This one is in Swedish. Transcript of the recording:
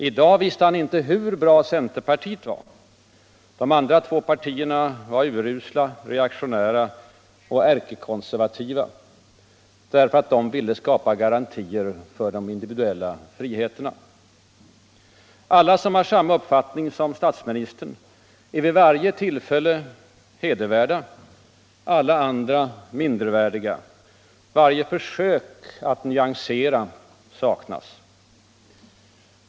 I dag visste han inte hur bra centerpartiet var. De andra två partierna var urusla, reaktionära och ärkekonservativa för att de vill skapa garantier för de individuella friheterna. Alla som har samma uppfattning som statsministern är vid varje tillfälle hedervärda, alla andra mindervärdiga. Varje försök att nyansera saknas.